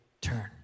turn